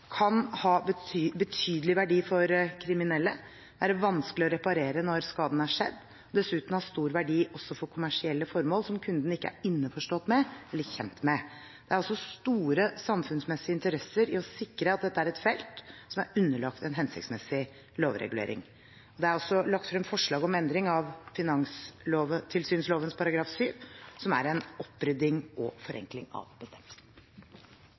kan ha betydelig verdi for kriminelle, være vanskelig å reparere når skaden er skjedd, og dessuten ha stor verdi også for kommersielle formål som kunden ikke er innforstått med eller kjent med. Det er altså store samfunnsmessige interesser i å sikre at dette er et felt som er underlagt en hensiktsmessig lovregulering. Det er også lagt frem forslag om endring av finanstilsynsloven § 7, som er en opprydding og en forenkling av bestemmelsen.